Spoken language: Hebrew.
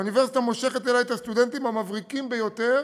האוניברסיטה מושכת אליה את הסטודנטים המבריקים ביותר